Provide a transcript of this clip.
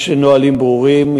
יש נהלים ברורים.